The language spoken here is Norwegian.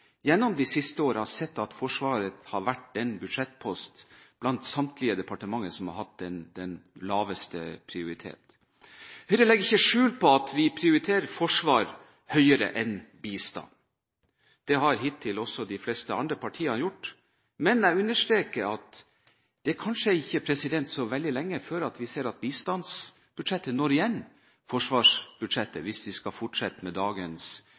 de siste årene har sett at Forsvaret har vært den budsjettposten blant samtlige departementer som har hatt lavest prioritering. Høyre legger ikke skjul på at vi prioriterer forsvar høyere enn bistand. Det har hittil også de fleste andre partiene gjort. Men jeg understreker at det kanskje ikke er så veldig lenge til vi ser at bistandsbudsjettet når igjen forsvarsbudsjettet hvis dagens utvikling skal fortsette.